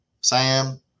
Sam